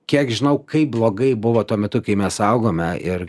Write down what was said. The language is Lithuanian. kiek žinau kaip blogai buvo tuo metu kai mes augome ir